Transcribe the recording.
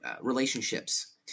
relationships